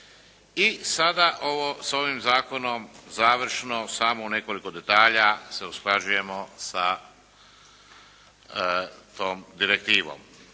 i sada ovo s ovim zakonom završno samo u nekoliko detalja se usklađujemo sa tom direktivom.